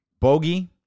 Bogey